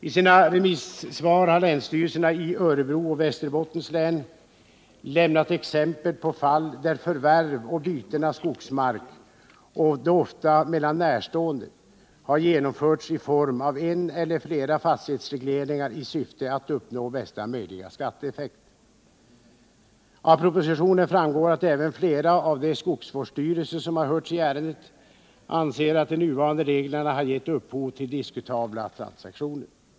I sina remissvar har länsstyrelserna i Örebro och Västerbottens län lämnat exempel på fall där förvärv och byten av skogsmark, och då ofta mellan närstående, har genomförts i form av en eller flera fastighetsregleringar i syfte att uppnå bästa möjliga skatteeffekt. Av propositionen framgår att även flera av de skogsvårdsstyrelser som har hörts i ärendet anser att de nuvarande reglerna har gett upphov till diskutabla transaktioner.